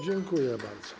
Dziękuję bardzo.